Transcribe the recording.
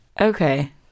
Okay